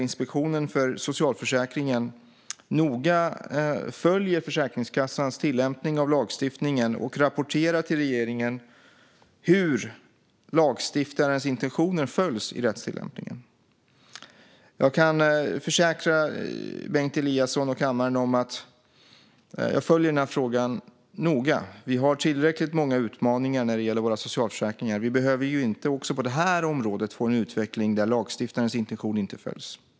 Inspektionen för socialförsäkringen följer nu noga Försäkringskassans tillämpning av lagstiftningen och rapporterar till regeringen hur lagstiftarens intentioner följs. Jag kan försäkra Bengt Eliasson och kammaren om att jag följer frågan noga. Vi har tillräckligt många utmaningar när det gäller socialförsäkringarna, och vi behöver inte även på detta område få en utveckling där lagstiftarens intention inte följs.